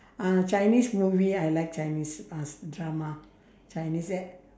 uh chinese movie I like chinese uh drama chinese and